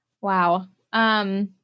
Wow